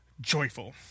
joyful